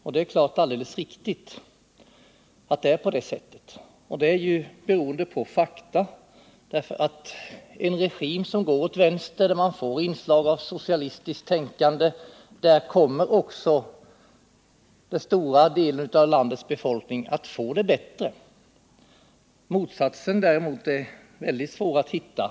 Det är alldeles riktigt att det är så, och det förhållandet är grundat på fakta. Under en regim som går åt vänster och där man får inslag av socialistiskt tänkande kommer också den stora delen av landets befolkning att få det bättre. Exempel på att resultatet blir detsamma i det motsatta fallet är däremot mycket svåra att hitta.